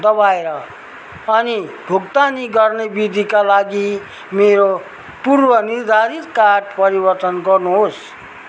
दबाएर अनि भुक्तानी गर्ने विधिका लागि मेरो पूर्वनिर्धारित कार्ड परिवर्तन गर्नु होस्